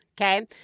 Okay